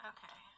Okay